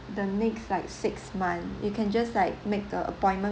the next like six month you can just like make the appointment